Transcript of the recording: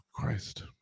Christ